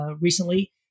recently